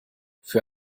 für